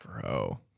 bro